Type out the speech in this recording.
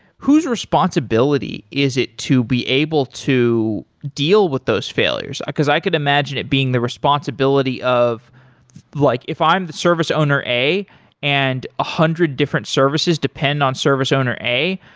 whose responsibility is it to be able to deal with those failures? because i could imagine it being the responsibility of like, if i'm the service owner a and a hundred different services depend on service owner a,